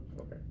Okay